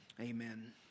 Amen